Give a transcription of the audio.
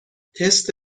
تست